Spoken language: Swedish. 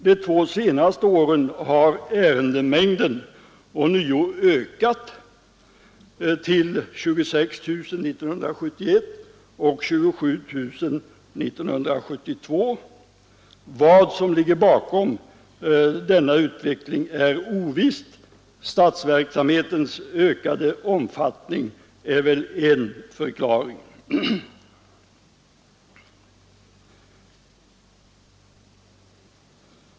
De två senaste åren har ärendemängden ånyo ökat till 26 000 år 1971 och 27000 år 1972. Vad som ligger bakom denna utveckling är ovisst. Statsverksamhetens ökade omfattning är väl en 31 förklaring.